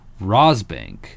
RosBank